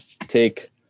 take